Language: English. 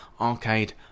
arcade